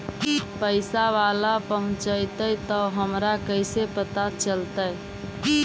पैसा बाला पहूंचतै तौ हमरा कैसे पता चलतै?